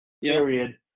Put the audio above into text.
period